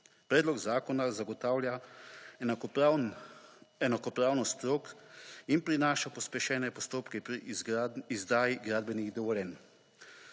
Predlog zakona zagotavlja enakopravnost strok in prinaša pospešene postopke pri izdaji gradbenih dovoljenj.